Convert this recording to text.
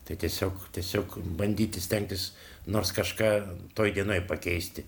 tai tiesiog tiesiog bandyti stengtis nors kažką toj dienoj pakeisti